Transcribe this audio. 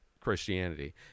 Christianity